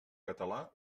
català